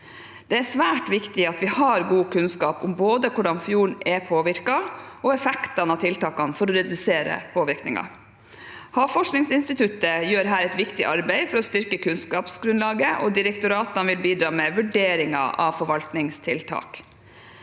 Det er svært viktig at vi har god kunnskap om både hvordan fjorden er påvirket, og effekten av tiltakene for å redusere påvirkningen. Havforskningsinstituttet gjør her et viktig arbeid for å styrke kunnskapsgrunnlaget, og direktoratene vil bidra med vurderinger av forvaltningstiltak.